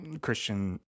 Christian